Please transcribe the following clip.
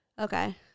Okay